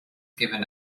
given